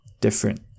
different